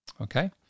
okay